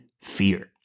fear